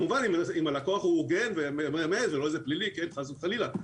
כמובן אם הלקוח הוא הוגן ולא פלילי חס וחלילה.